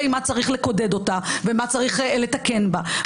מה צריך לקודד אותה ומה צריך לתקן בה,